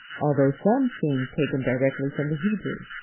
although some seem taken directly from the hebrew,